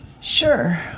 Sure